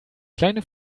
kleine